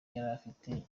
yarafite